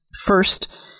First